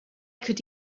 could